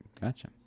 Gotcha